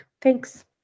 Thanks